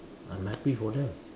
I'm happy for them